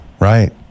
right